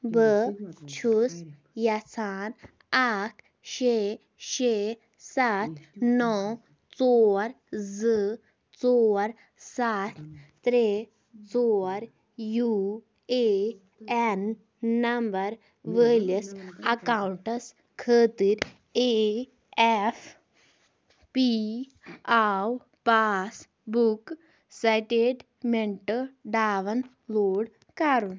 بہٕ چھُس یژھان اَکھ شےٚ شےٚ سَتھ نَو ژور زٕ ژور سَتھ ترٛےٚ ژور یوٗ اے اٮ۪ن نمبر وٲلِس اٮ۪کاوُنٛٹَس خٲطرٕ اے اٮ۪ف پی آو passbook statement download کرُن